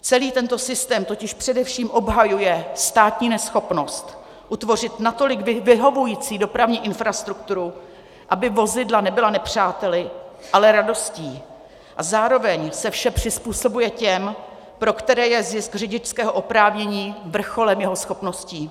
Celý tento systém totiž především obhajuje státní neschopnost utvořit natolik vyhovující dopravní infrastrukturu, aby vozidla nebyla nepřáteli, ale radostí, a zároveň se vše přizpůsobuje těm, pro které je zisk řidičského oprávnění vrcholem jejich schopností.